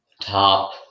Top